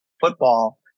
football